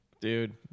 dude